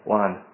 one